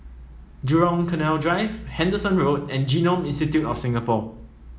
Jurong Canal Drive Henderson Road and Genome Institute of Singapore